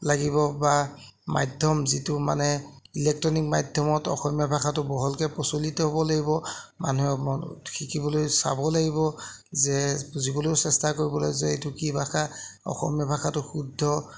লাগিব বা মাধ্যম যিটো মানে ইলেট্ৰনিক মাধ্যমত অসমীয়া ভাষাটো বহলকৈ প্ৰচলিত হ'ব লাগিব মানুহে শিকিবলৈ চাব লাগিব যে বুজিবলৈও চেষ্টা কৰিব লাগিব যে এইটো কি ভাষা অসমীয়া ভাষাটো শুদ্ধ